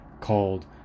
Called